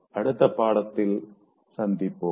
அடுத்த பாடத்தில் சந்திப்போம்